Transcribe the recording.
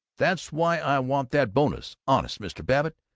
that's why i want that bonus! honest, mr. babbitt,